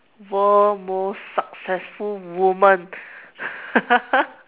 world most successful woman